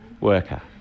worker